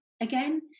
again